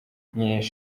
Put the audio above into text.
nimba